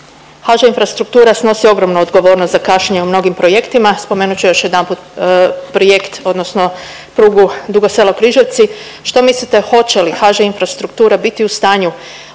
HŽ – Infrastruktura snosi ogromnu odgovornost za kašnjenje u mnogim projektima. Spomenut ću još jedanput projekt odnosno prugu Dugo Selo-Križevci, što mislite hoće li HŽ-Infrastruktura biti u stanju